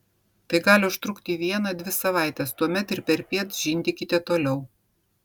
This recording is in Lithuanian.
tai gali užtrukti vieną dvi savaites tuomet ir perpiet žindykite toliau